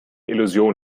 illusion